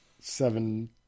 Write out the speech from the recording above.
seven